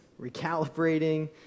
recalibrating